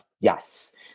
Yes